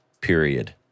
period